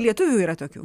lietuvių yra tokių